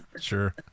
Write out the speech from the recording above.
sure